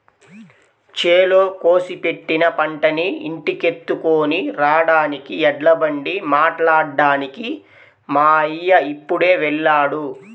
చేలో కోసి పెట్టిన పంటని ఇంటికెత్తుకొని రాడానికి ఎడ్లబండి మాట్లాడ్డానికి మా అయ్య ఇప్పుడే వెళ్ళాడు